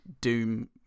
doom